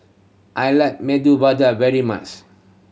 I like Medu Vada very much